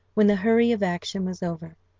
when the hurry of action was over,